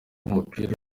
umupira